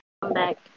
comeback